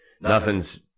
nothing's